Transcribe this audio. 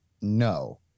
No